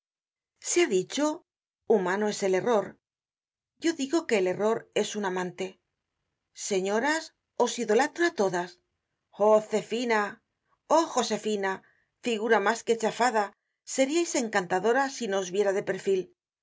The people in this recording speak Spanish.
se ha dicho humano es el error yo digo que el error es un amante señoras os idolatro á todas oh zefina oh josefina figura mas que chafada seriais encantadora si no os viera de perfil